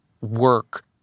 work